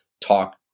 talk